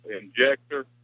injector